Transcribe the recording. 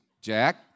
Jack